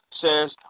says